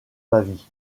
pavie